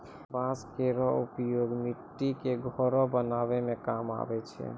बांस केरो उपयोग मट्टी क घरो बनावै म काम आवै छै